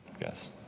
Yes